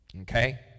okay